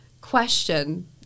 question